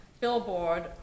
billboard